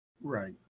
Right